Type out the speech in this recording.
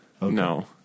No